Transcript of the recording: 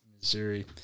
Missouri